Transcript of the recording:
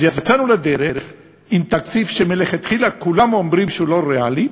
אז יצאנו לדרך עם תקציב שמלכתחילה כולם אומרים שהוא לא ריאלי.